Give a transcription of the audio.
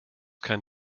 kein